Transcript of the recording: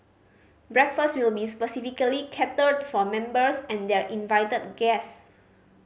breakfast will be specially catered for members and their invited guest